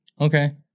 Okay